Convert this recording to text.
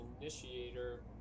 initiator